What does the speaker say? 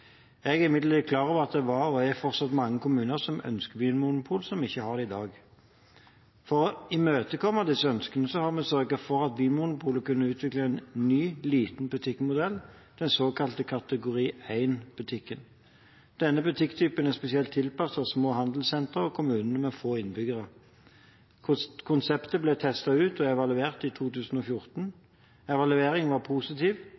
Jeg er imidlertid klar over at det var og er fortsatt mange kommuner som ønsker vinmonopol, som ikke har det i dag. For å imøtekomme disse ønskene har vi sørget for at Vinmonopolet kunne utvikle en ny liten butikkmodell med såkalte kategori 1-butikker. Denne butikktypen er spesielt tilpasset små handelssentra og kommuner med få innbyggere. Konseptet ble testet ut og evaluert i 2014. Evalueringen var positiv,